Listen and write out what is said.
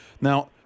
Now